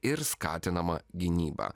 ir skatinama gynyba